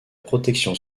protection